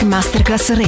Masterclass